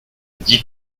dix